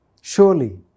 Surely